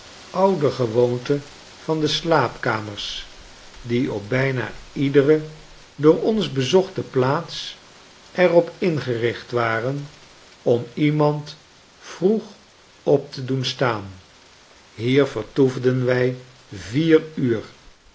oudergewoonte van de slaapkamers die op bijna iedere door ons bezochte plaatser op ingericht waren om iemand vroeg op te doen staan hier vertoefden wij vier uur